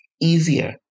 easier